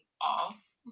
off